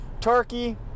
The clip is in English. turkey